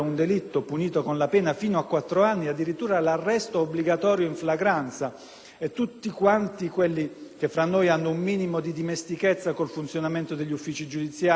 tutti quanti tra noi hanno un minimo di dimestichezza con il funzionamento degli uffici giudiziari avevano facilmente pronosticato che quella norma avrebbe paralizzato